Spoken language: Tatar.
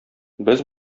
без